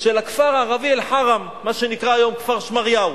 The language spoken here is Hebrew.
של הכפר הערבי אל-חרם, מה שנקרא היום כפר-שמריהו.